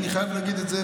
אני חייב להגיד את זה.